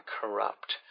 corrupt